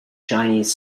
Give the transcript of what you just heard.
chinese